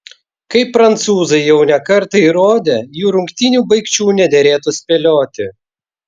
kaip prancūzai jau ne kartą įrodė jų rungtynių baigčių nederėtų spėlioti